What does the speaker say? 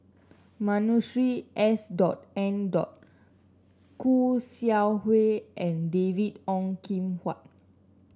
Masuri S N Khoo Seow Hwa and David Ong Kim Huat